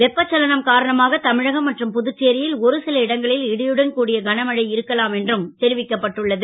வெப்பசலனம் காரணமாக தமிழகம் மற்றும் புதுச்சேரி ல் ஒருசில இடங்களில் இடியுடன் கூடிய கனமழை இருக்கலாம் என்றும் தெரிவிக்கப்பட்டு உள்ளது